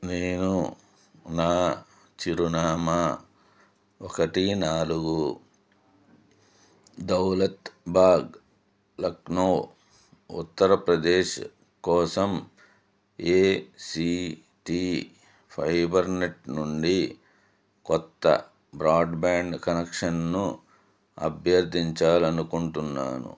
నేను నా చిరునామా ఒకటి నాలుగు దౌలత్ బాగ్ లక్నో ఉత్తరప్రదేశ్ కోసం ఏసీటీ ఫైబర్నెట్ నుండి కొత్త బ్రాడ్బ్యాండ్ కనెక్షన్ను అభ్యర్థించాలి అనుకుంటున్నాను